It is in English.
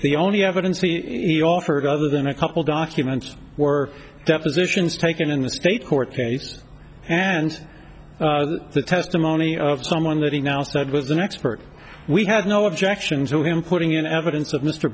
the only evidence he offered other than a couple documents were depositions taken in the state court case and the testimony of someone that he now said was an expert we had no objections to him putting in evidence of mr